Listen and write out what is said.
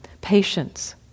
patience